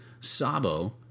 Sabo